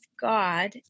God